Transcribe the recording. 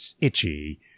itchy